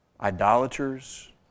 Idolaters